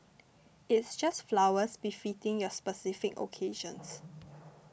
it's just flowers befitting your specific occasions